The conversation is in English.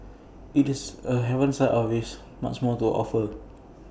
IT is A haven inside or with much more to offer